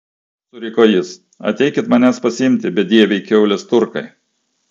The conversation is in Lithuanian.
suriko jis ateikit manęs pasiimti bedieviai kiaulės turkai